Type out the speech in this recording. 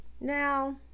Now